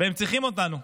והם צריכים אותנו,